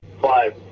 Five